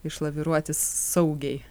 išlaviruoti saugiai